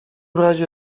razie